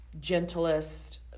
gentlest